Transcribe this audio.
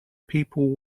people